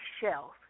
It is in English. shells